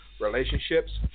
relationships